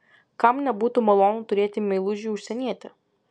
kam nebūtų malonu turėti meilužį užsienietį